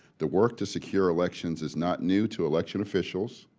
the work to secure elections is not new to election officials,